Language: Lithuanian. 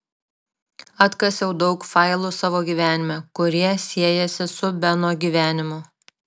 atkasiau daug failų savo gyvenime kurie siejasi su beno gyvenimu